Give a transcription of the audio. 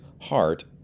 heart